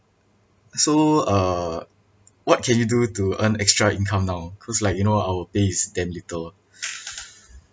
so uh what can you do to earn extra income now because like you know our pay is damn little